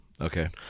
Okay